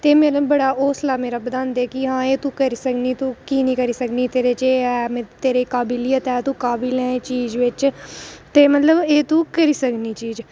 ते मेरा हौसला बड़ा बधांदे कि हां एह् तू करी सकनी तू की निं करी सकनी तेरे च एह् तेरे च काबलियत ऐ तू काबिल ऐ एह् चीज़ बिच ते मतलब तू एह् करी सकनी चीज़